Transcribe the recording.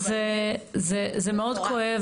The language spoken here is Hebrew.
זה מאוד כואב.